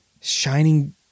Shining